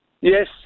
Yes